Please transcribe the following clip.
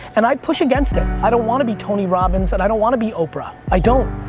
and i push against it. i don't wanna be tony robbins and i don't wanna be oprah. i don't.